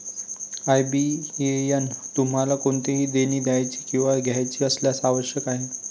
IBAN तुम्हाला कोणतेही देणी द्यायची किंवा घ्यायची असल्यास आवश्यक आहे